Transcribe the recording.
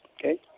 okay